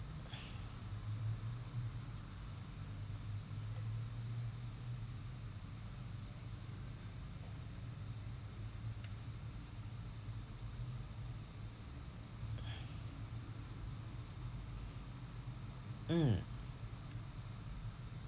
mm